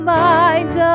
minds